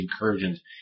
incursions